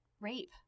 rape